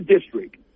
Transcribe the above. district